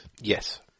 Yes